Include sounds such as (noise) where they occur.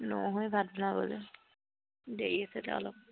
(unintelligible)